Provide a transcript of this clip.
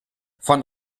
von